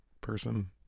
person